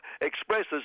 expresses